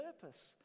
purpose